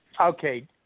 Okay